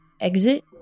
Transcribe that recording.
exit